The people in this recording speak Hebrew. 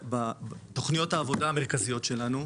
בתוכניות העבודה המרכזיות שלנו,